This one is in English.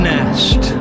Nest